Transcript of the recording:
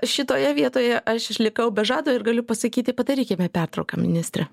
šitoje vietoje aš išlikau be žado ir galiu pasakyti padarykime pertrauką ministre